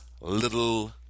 little